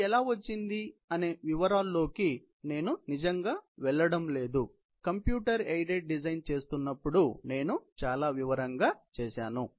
ఇది ఎలా వచ్చింది నే వివరాల్లోకి నేను నిజంగా వెళ్ళడం లేదు కంప్యూటర్ ఎయిడెడ్ డిజైన్ చేస్తున్నప్పుడు నేను చాలా వివరంగా చేశాను